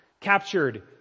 captured